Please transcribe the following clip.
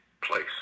place